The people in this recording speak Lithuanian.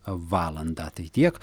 valandą tai tiek